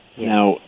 Now